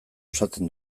osatzen